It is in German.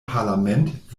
parlament